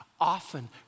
Often